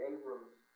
Abram's